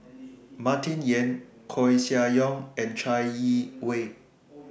Martin Yan Koeh Sia Yong and Chai Yee Wei